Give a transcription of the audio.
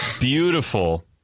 beautiful